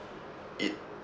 it